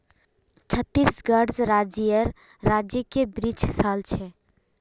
छत्तीसगढ़ राज्येर राजकीय वृक्ष साल छे